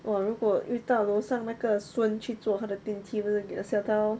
!wah! 如果遇到楼上那个孙去坐他的电梯不是给他下到